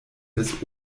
des